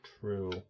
true